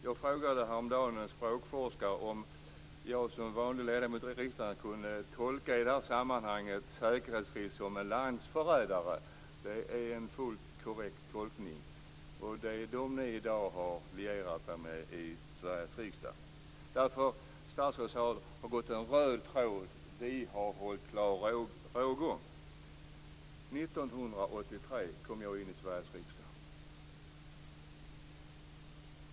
Jag frågade häromdagen en språkforskare om jag som vanlig ledamot i riksdagen i det här sammanhanget kunde tolka det här med "säkerhetsrisk" som "landsförrädare". Det är en fullt korrekt tolkning. Det är dem ni i dag har lierat er med i Sveriges riksdag. Statsrådet sade att det har en gått en röd tråd. Vi har haft en klar rågång. 1983 kom jag in i Sveriges riksdag.